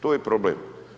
To je problem.